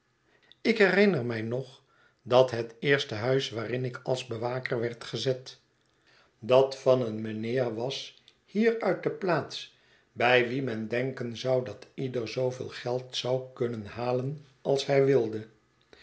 ik herinner mij nog dat het eerste huis waarin ik als bewaker werd gezet dat van een meneer was hier uit de plaats bij wien men denken zou dat ieder zooveel geld zou kunnen halen als hij wilde